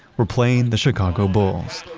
were playing the chicago bulls.